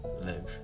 live